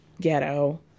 ghetto